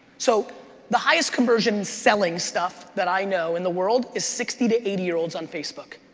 so the highest conversion selling stuff that i know in the world is sixty to eighty year olds on facebook.